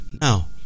Now